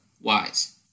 wise